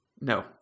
No